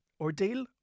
ordeal